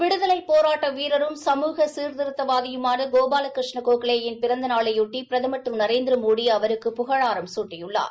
விடுதலைப் போராட்ட வீரரும் சமூக சீர்திருத்த வாதியுமான கோபால கிருஷ்ண கோகலேயின் பிறந்த நாளையொட்டி பிரதமர் திரு நரேந்திரமோடி அவருக்கு புகழாரம் சூட்டியுள்ளார்